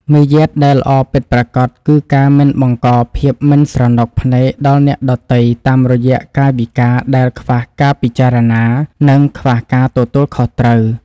មារយាទដែលល្អពិតប្រាកដគឺការមិនបង្កភាពមិនស្រណុកភ្នែកដល់អ្នកដទៃតាមរយៈកាយវិការដែលខ្វះការពិចារណា និង ខ្វះការទទួលខុសត្រូវ។